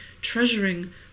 treasuring